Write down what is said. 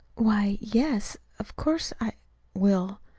why, yes, of course i will.